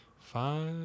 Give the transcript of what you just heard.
five